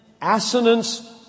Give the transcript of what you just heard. assonance